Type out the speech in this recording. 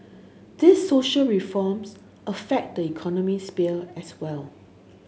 these social reforms affect the economic sphere as well